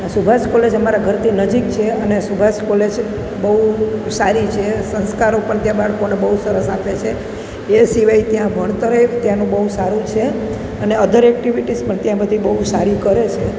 અને સુભાષ કોલેજ અમારા ઘરથી નજીક છે અને સુભાષ કોલેજ બહુ સારી છે સંસ્કારો પણ ત્યાં બાળકોને બહુ સરસ આપે છે એ સિવાય ત્યાં ભણતરે ત્યાંનું બહુ સારું છે અને અધર એક્ટિવિટીસ પણ ત્યાં બધી બહુ સારી કરે છે